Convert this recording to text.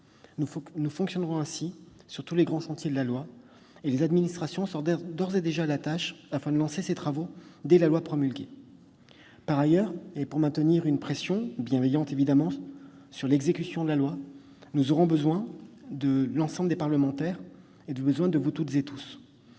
Nous fonctionnerons ainsi pour tous les grands chantiers de la future loi. Les administrations sont d'ores et déjà à la tâche, afin de lancer ces travaux sitôt la loi promulguée. Par ailleurs, pour maintenir une pression- bienveillante, évidemment -sur l'exécution de la loi, nous aurons besoin de l'ensemble des parlementaires, besoin de vous toutes et tous.